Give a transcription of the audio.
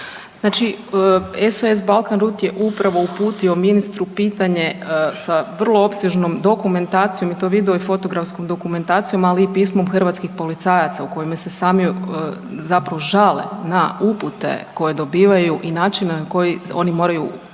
Znači … /ne razumije se/… je upravo uputio ministru pitanje sa vrlo opsežnom dokumentacijom i to video i fotografskom dokumentacijom, ali i pismo hrvatskih policajaca u kojemu se sami zapravo žale na upute koje dobivaju i način na koji oni moraju doći